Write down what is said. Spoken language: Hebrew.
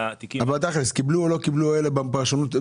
אבל תכלס הם קיבלו או לא קיבלו בפעם שעברה?